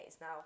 Now